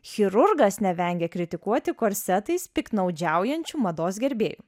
chirurgas nevengė kritikuoti korsetais piktnaudžiaujančių mados gerbėjų